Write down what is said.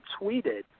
tweeted